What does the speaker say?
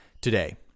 today